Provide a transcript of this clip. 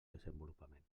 desenvolupament